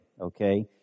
okay